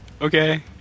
Okay